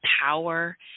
power